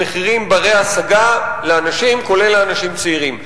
במחירים בני-השגה לאנשים, כולל לאנשים צעירים.